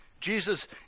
Jesus